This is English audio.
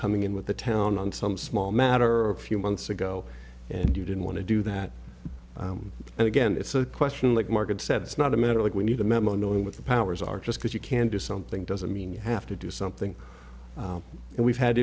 coming in with the town on some small matter or a few months ago and you didn't want to do that and again it's a question like martin said it's not a matter of like we need a memo no one with the powers are just because you can do something doesn't mean you have to do something and we've had